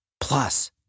plus